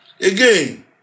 Again